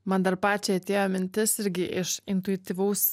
man dar pačiai atėjo mintis irgi iš intuityvaus